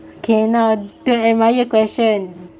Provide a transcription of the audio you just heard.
okay now the admire question